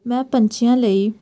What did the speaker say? ਮੈਂ ਪੰਛੀਆਂ ਲਈ